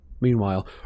Meanwhile